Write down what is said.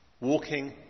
walking